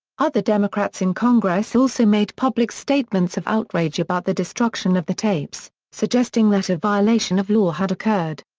other democrats in congress also made public statements of outrage about the destruction of the tapes, suggesting that a violation of law had occurred.